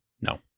no